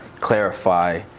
clarify